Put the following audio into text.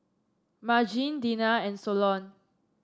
Margene Dena and Solon